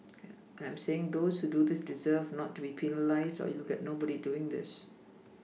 and I'm saying those who do this deserve not to be penalised or you will get nobody doing this